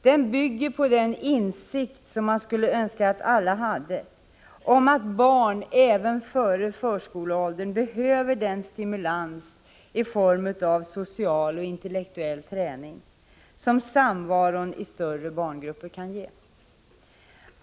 Den bygger på insikten, som man skulle önska att alla hade, om att barn även före skolåldern behöver den stimulans i form av social och intellektuell träning som samvaron i större barngrupper kan ge.